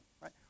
right